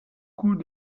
coups